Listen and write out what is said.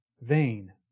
vain